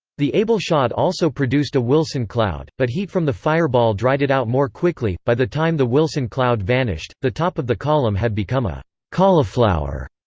the able shot also produced a wilson cloud, but heat from the fireball dried it out more quickly by the time the wilson cloud vanished, the top of the column had become a cauliflower,